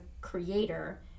creator